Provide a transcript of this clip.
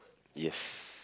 yes